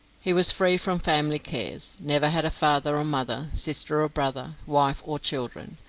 he was free from family cares never had father or mother, sister or brother, wife or children.